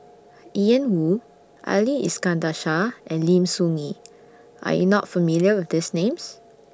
Ian Woo Ali Iskandar Shah and Lim Soo Ngee Are YOU not familiar with These Names